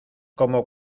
como